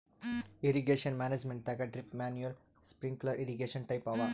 irrigation ಮ್ಯಾನೇಜ್ಮೆಂಟದಾಗ್ drip manual sprinkler irrigation type ಅವ